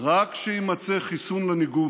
רק כשיימצא חיסון לנגיף.